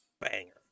banger